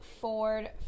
Ford